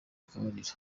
akabariro